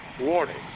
warning